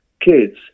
kids